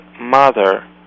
mother